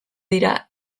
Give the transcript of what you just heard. dira